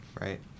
Right